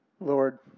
Lord